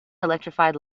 electrified